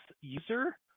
user